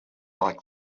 like